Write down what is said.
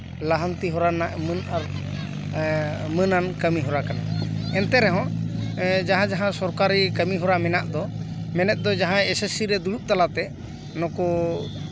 ᱞᱟᱦᱟᱱᱛᱤ ᱦᱚᱨᱟ ᱨᱮᱱᱟᱜ ᱢᱟᱹᱱ ᱢᱟᱹᱱᱟᱱ ᱠᱟᱹᱢᱤ ᱦᱚᱨᱟ ᱠᱟᱱᱟ ᱮᱱᱛᱮ ᱨᱮᱦᱚᱸ ᱡᱟᱦᱟᱸ ᱡᱟᱦᱟᱸ ᱥᱚᱨᱠᱟᱨᱤ ᱠᱟᱹᱢᱤ ᱦᱚᱨᱟ ᱢᱮᱱᱟᱜ ᱫᱚ ᱢᱮᱱᱮᱫ ᱫᱚ ᱡᱟᱦᱟᱸᱭ ᱮᱥᱮᱥᱥᱤ ᱨᱮ ᱫᱩᱲᱩᱵ ᱛᱟᱞᱟᱛᱮ ᱱᱩᱠᱩ